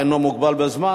רוברט אילטוב,